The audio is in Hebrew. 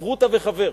חברותא וחבר.